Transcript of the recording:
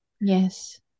Yes